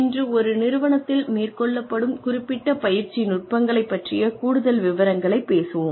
இன்று ஒரு நிறுவனத்தில் மேற்கொள்ளப்படும் குறிப்பிட்ட பயிற்சி நுட்பங்களைப் பற்றிய கூடுதல் விவரங்கள் பேசுவோம்